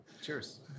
Cheers